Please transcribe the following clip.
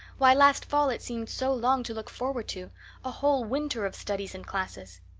why, last fall it seemed so long to look forward to a whole winter of studies and classes.